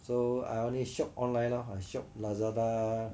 so I only shop online lor I shop Lazada